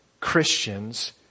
Christians